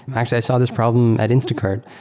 actually, i saw this problem at instacart.